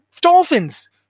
dolphins